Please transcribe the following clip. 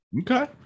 Okay